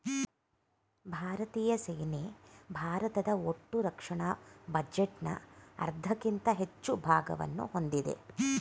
ಭಾರತೀಯ ಸೇನೆ ಭಾರತದ ಒಟ್ಟುರಕ್ಷಣಾ ಬಜೆಟ್ನ ಅರ್ಧಕ್ಕಿಂತ ಹೆಚ್ಚು ಭಾಗವನ್ನ ಹೊಂದಿದೆ